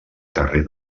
carrer